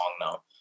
now